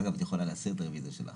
אגב, את יכולה להסיר את הרוויזיה שלך.